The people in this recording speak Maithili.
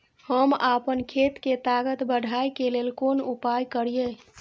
हम आपन खेत के ताकत बढ़ाय के लेल कोन उपाय करिए?